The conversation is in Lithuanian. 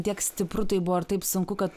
tiek stipru tai buvo ar taip sunku kad